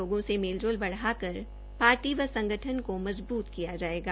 लोगों से मेल जोल बढ़ाकर पार्टी व संगठन को मजबूत किया जायेगा